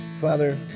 Father